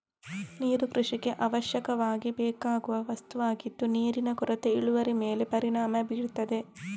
ನೀರು ಕೃಷಿಗೆ ಅವಶ್ಯಕವಾಗಿ ಬೇಕಾಗುವ ವಸ್ತುವಾಗಿದ್ದು ನೀರಿನ ಕೊರತೆ ಇಳುವರಿ ಮೇಲೆ ಪರಿಣಾಮ ಬೀರ್ತದೆ